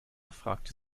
fragte